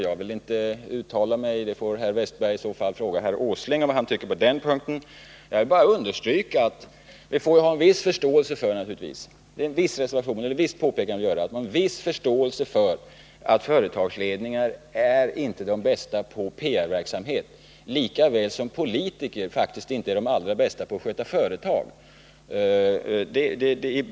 Jag vill inte uttala mig i den frågan, utan herr Wästberg får fråga herr Åsling om vad han tycker på den punkten. Jag vill bara understryka att man bör ha en viss förståelse för att företagsledningar inte är bäst på PR-verksamhet, liksom politiker faktiskt inte är de allra bästa på att sköta företag.